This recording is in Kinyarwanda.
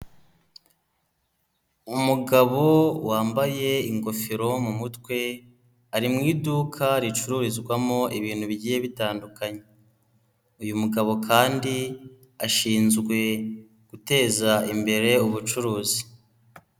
Umugabo wambaye ingofero yo mu mutwe, ari mu iduka ricururizwamo ibintu bigiye bitandukanye, uyu mugabo kandi ashinzwe guteza imbere ubucuruzi.